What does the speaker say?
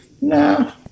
Nah